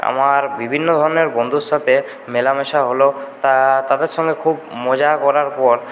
আমার বিভিন্ন ধরণের বন্ধুর সাথে মেলামেশা হলো তারা তাদের সাথে খুব মজা করার পর